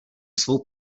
svou